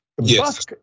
Yes